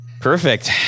Perfect